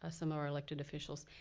ah some of our elected officials,